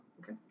Okay